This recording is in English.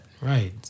Right